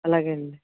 అలాగే అండి